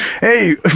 Hey